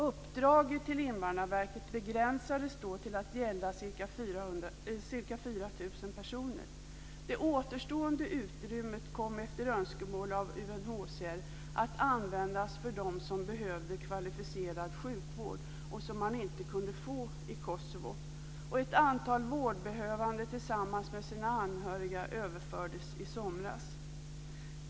Uppdraget till Invandrarverket begränsades då till att gälla ca 4 000 personer. Det återstående utrymmet kom efter önskemål från UNHCR att användas för dem som behövde kvalificerad sjukvård som man inte kunde få i Kosovo, och ett antal vårdbehövande tillsammans med sina anhöriga överfördes i somras.